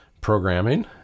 programming